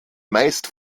meist